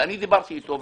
ודיברתי אתו.